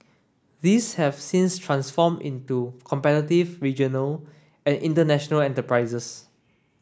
these have since transformed into competitive regional and international enterprises